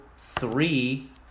three